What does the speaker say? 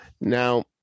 Now